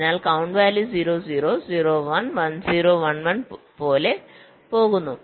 അതിനാൽ count values 0 0 0 1 1 0 1 1 പോലെ പോകുന്നു